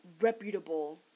reputable